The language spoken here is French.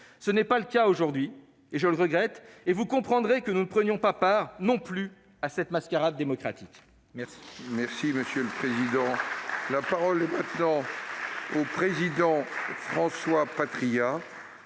Ce n'est pas le cas aujourd'hui, je le regrette, et vous comprendrez que nous ne prenions pas part, non plus, à cette mascarade démocratique. La